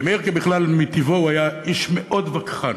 כי מאירק'ה בכלל מטבעו הוא היה איש מאוד וכחן,